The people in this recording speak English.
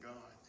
God